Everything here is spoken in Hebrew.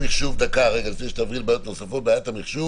רגע, לפני שתעברי לבעיות נוספות, בעיית המחשוב